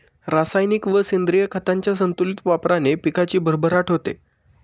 रासायनिक व सेंद्रिय खतांच्या संतुलित वापराने पिकाची भरभराट होते